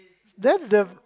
then the